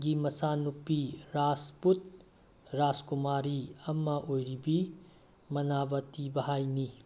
ꯒꯤ ꯃꯆꯥꯅꯨꯄꯤ ꯔꯥꯖꯄꯨꯠ ꯔꯥꯖꯀꯨꯃꯥꯔꯤ ꯑꯃ ꯑꯣꯏꯔꯤꯕꯤ ꯃꯅꯥꯕꯇꯤ ꯚꯥꯏꯅꯤ